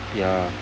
ya